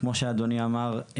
כמו שאדוני אמר,